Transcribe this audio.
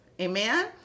Amen